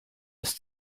ist